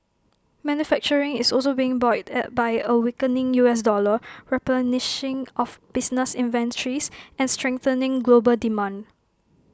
manufacturing is also being buoyed by A weakening U S dollar replenishing of business inventories and strengthening global demand